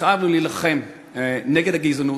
התחייבנו להילחם נגד הגזענות,